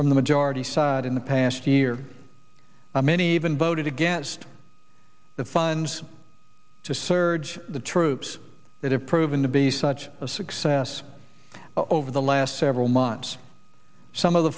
from the majority side in the past year many even voted against the funds to surge the troops that have proven to be such a success over the last several months some of the